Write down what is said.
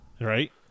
Right